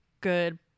good